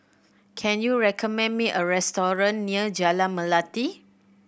can you recommend me a restaurant near Jalan Melati